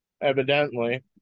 evidently